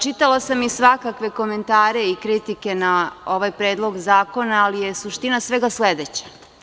Čitala sam i svakakve komentare i kritike na ovaj Predlog zakona, ali je suština svega sledeća.